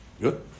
Good